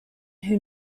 who